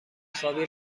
خوابی